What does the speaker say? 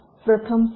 प्रथम पाहू